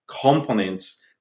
components